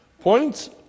points